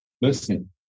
listen